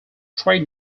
trade